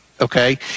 okay